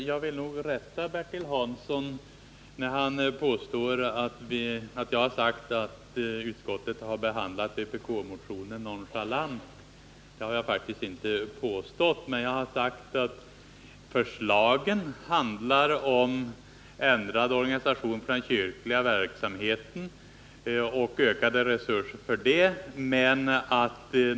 Herr talman! Jag vill rätta Bertil Hansson när han påstår att jag har sagt att utskottet har behandlat vpk-motionen nonchalant. Det har jag faktiskt inte sagt. Jag har sagt att förslagen handlar om ändrad organisation för den kyrkliga verksamheten och ökade resurser för detta.